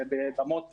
בבמות פיס.